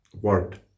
word